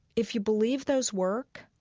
if you believe those work,